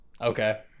okay